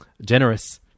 generous